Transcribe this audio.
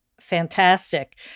Fantastic